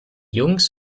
jungs